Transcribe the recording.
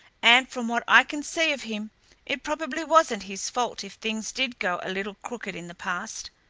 and from what i can see of him it probably wasn't his fault if things did go a little crooked in the past.